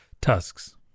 Tusks